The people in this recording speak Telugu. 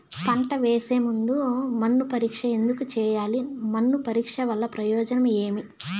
పంట వేసే ముందు మన్ను పరీక్ష ఎందుకు చేయాలి? మన్ను పరీక్ష వల్ల ప్రయోజనం ఏమి?